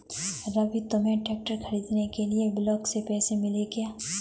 रवि तुम्हें ट्रैक्टर खरीदने के लिए ब्लॉक से पैसे मिले क्या?